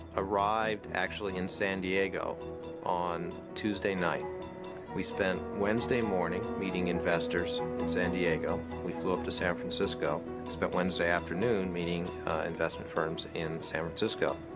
arrived actually in san diego on tuesday night we spent wednesday morning meeting investors in san diego. we flew up to san francisco spent wednesday afternoon meeting investment firms in san francisco